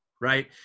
right